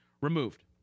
removed